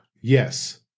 yes